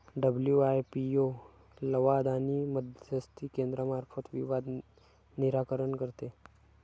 WIPO लवाद आणि मध्यस्थी केंद्रामार्फत विवाद निराकरण करते